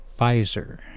Pfizer